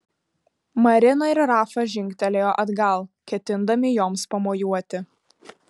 marina ir rafa žingtelėjo atgal ketindami joms pamojuoti